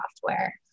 software